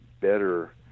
better